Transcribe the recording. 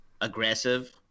aggressive